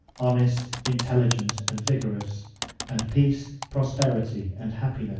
honest, intelligent and vigorous and peace, prosperity, and happiness,